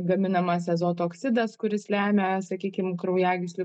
gaminamas azoto oksidas kuris lemia sakykim kraujagyslių